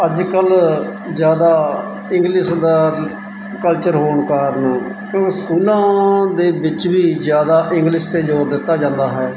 ਅੱਜ ਕੱਲ੍ਹ ਜ਼ਿਆਦਾ ਇੰਗਲਿਸ਼ ਦਾ ਕਲਚਰ ਹੋਣ ਕਾਰਨ ਉਹ ਸਕੂਲਾਂ ਦੇ ਵਿੱਚ ਵੀ ਜ਼ਿਆਦਾ ਇੰਗਲਿਸ਼ 'ਤੇ ਜ਼ੋਰ ਦਿੱਤਾ ਜਾਂਦਾ ਹੈ